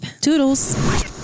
Toodles